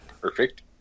Perfect